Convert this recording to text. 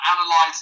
analyzing